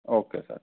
okay sir